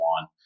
one